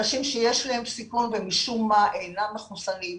אנשים שיש להם סיכון ומשום מה אינם מחוסנים,